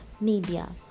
media